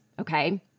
okay